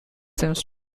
seems